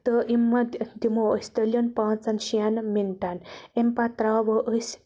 تہِ یِمن دِمو أسۍ تٔلیُن پانٛژَن شیٚن مِنٹَن امہِ پَتہٕ ترٛاوو أسۍ